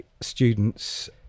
students